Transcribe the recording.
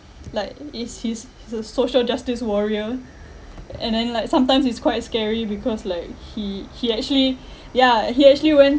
like is he's he's a social justice warrior and then like sometimes it's quite scary because like he he actually ya he actually went